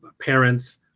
parents